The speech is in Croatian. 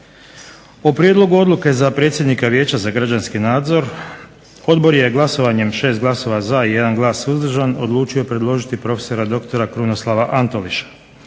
O prijedlogu odluke za predsjednika Vijeća za građanski nadzor odbor je glasovanjem 6 glasova za i 1 suzdržan odlučio predložiti profesora doktora Krunoslava Antoliša.